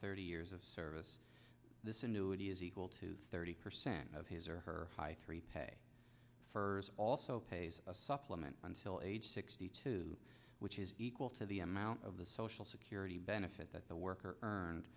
thirty years of service this annuity is equal to thirty percent of his or her high three pay fors also pays a supplement until age sixty two which is equal to the amount of the social security benefit that the worker earned